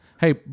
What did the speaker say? Hey